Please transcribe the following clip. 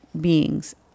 beings